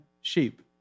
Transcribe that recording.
sheep